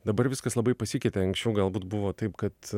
dabar viskas labai pasikeitė anksčiau galbūt buvo taip kad